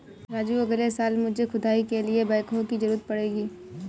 राजू अगले साल मुझे खुदाई के लिए बैकहो की जरूरत पड़ेगी